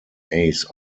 ace